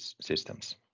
systems